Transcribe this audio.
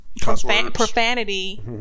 profanity